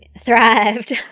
Thrived